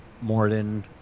Morden